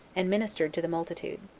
and ministered to the multitude.